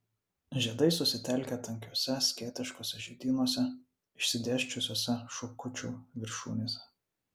žiedai susitelkę tankiuose skėtiškuose žiedynuose išsidėsčiusiuose šakučių viršūnėse